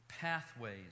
pathways